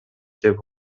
деп